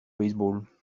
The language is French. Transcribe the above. baseball